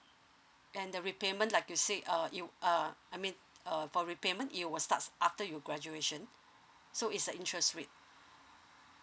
and the repayment like you said uh it'll uh I mean uh for repayment it will starts after you graduation so it's a interest rate